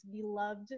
beloved